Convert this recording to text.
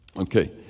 Okay